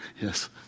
Yes